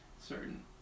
certain